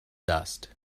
dust